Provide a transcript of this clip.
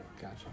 Gotcha